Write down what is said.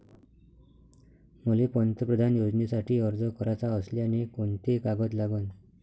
मले पंतप्रधान योजनेसाठी अर्ज कराचा असल्याने कोंते कागद लागन?